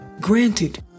Granted